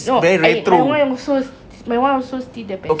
no I my one is also my one also still the best